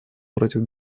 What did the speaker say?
против